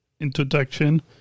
introduction